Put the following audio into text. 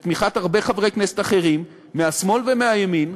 ובתמיכת הרבה חברי כנסת אחרים, מהשמאל ומהימין,